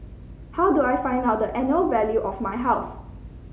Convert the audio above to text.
how do I find out the annual value of my house